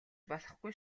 болохгүй